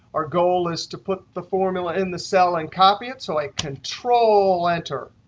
our goal is to put the formula in the cell and copy it so i control enter,